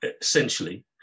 essentially